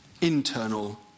internal